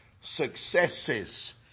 successes